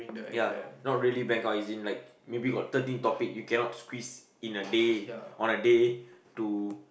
ya not really blank out as in like maybe thirteen topic you cannot squeeze in a day on a day to